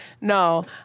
No